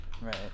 Right